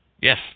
yes